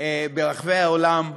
ברחבי העולם עמדו,